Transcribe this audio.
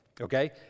Okay